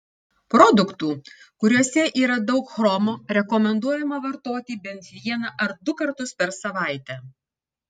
produktų kuriuose yra daug chromo rekomenduojama vartoti bent vieną ar du kartus per savaitę